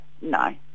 no